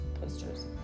posters